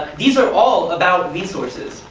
these are all about resources.